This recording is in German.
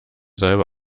salbe